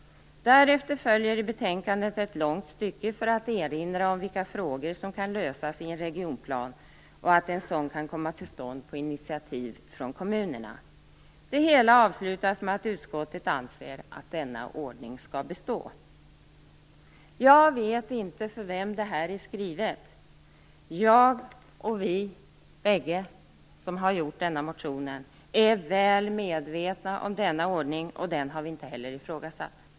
Därefter följer i betänkandet ett långt stycke i vilket erinras om vilka frågor som kan tas upp i en regionplan och att en sådan kan komma till stånd på initiativ från kommunerna. Det hela avslutas med att utskottet skriver att man anser att denna ordning skall bestå. Jag vet inte för vem det här är skrivet. Vi som har väckt den här motionen är väl medvetna om denna ordning, och den har vi heller inte ifrågasatt.